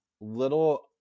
little